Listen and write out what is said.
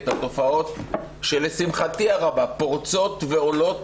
את התופעות שלשמחתי הרבה פורצות ועולות